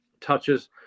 touches